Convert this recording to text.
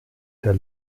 der